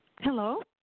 Hello